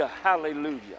Hallelujah